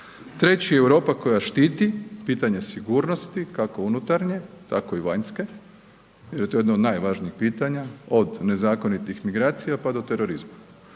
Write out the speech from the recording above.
Treći je Europa koja štiti, pitanje sigurnosti, kako unutarnje, tako i vanjske, to je jedno od najvažnijih pitanja, od nezakonitih migracija, pa do terorizma.